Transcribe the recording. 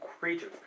creatures